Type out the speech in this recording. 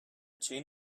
chain